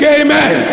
amen